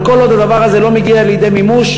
אבל כל עוד הדבר הזה לא מגיע לידי מימוש,